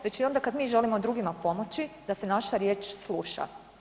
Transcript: Već i onda kad mi želimo drugima pomoći da se naša riječ sluša.